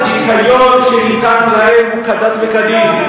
הזיכיון שניתן להם הוא כדת וכדין.